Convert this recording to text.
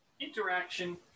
interaction